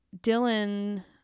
dylan